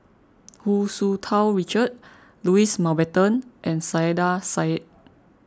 Hu Tsu Tau Richard Louis Mountbatten and Saiedah Said